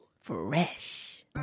Fresh